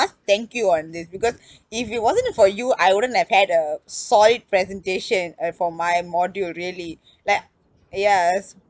thank you on this because if it wasn't for you I wouldn't have had a solid presentation a~ for my module really like yes